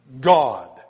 God